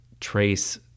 trace